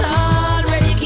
already